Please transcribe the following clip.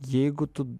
jeigu tu